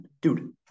Dude